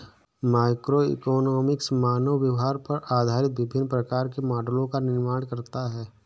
microeconomics मानव व्यवहार पर आधारित विभिन्न प्रकार के मॉडलों का निर्माण करता है